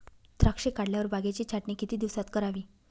द्राक्षे काढल्यावर बागेची छाटणी किती दिवसात करावी?